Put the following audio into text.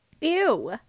Ew